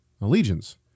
allegiance